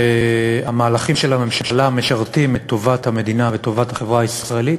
שהמהלכים של הממשלה משרתים את טובת המדינה וטובת החברה הישראלית,